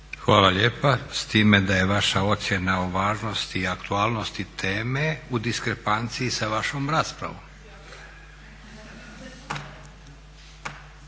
Hvala lijepa, s time da je vaša ocjena o važnosti i aktualnosti teme u diskrepanciji sa vašom raspravom.